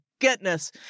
Goodness